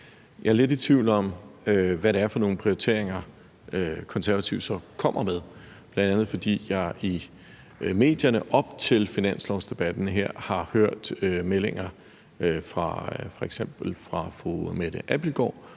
Jeg er lidt i tvivl om, hvad det er for nogle prioriteringer, Konservative så kommer med, bl.a. fordi jeg i medierne op til finanslovsdebatten her har hørt meldinger fra f.eks. fru Mette Abildgaard